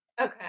Okay